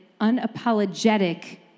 unapologetic